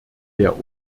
der